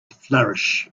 flourish